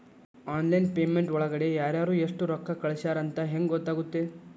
Online payment ಒಳಗಡೆ ಯಾರ್ಯಾರು ಎಷ್ಟು ರೊಕ್ಕ ಕಳಿಸ್ಯಾರ ಅಂತ ಹೆಂಗ್ ಗೊತ್ತಾಗುತ್ತೆ?